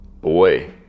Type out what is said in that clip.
boy